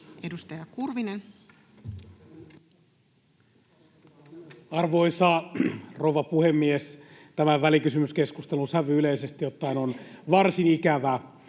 Edustaja Kurvinen. Arvoisa rouva puhemies! Tämän välikysymyskeskustelun sävy yleisesti ottaen on varsin ikävä.